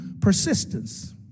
persistence